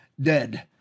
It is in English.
dead